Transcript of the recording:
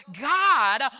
God